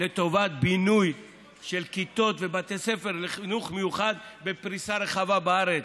לטובת בינוי של כיתות ובתי ספר לחינוך מיוחד בפריסה רחבה בארץ.